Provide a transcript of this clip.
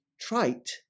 trite